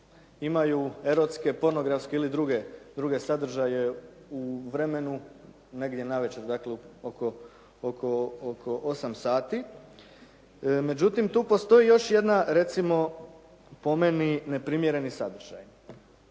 imaju erotske, pornografske ili druge sadržaje u vremenu negdje navečer dakle oko 8 sati. Međutim, tu postoji još jedna recimo po meni neprimjereni sadržaj.